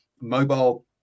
mobile